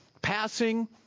passing